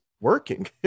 working